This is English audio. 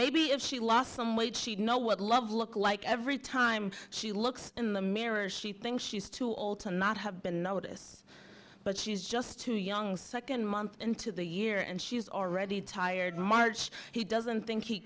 maybe if she lost some weight she'd know what love look like every time she looks in the mirror she thinks she's too old to not have been notice but she's just too young second month into the year and she's already tired march he doesn't think he